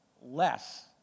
less